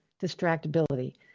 distractibility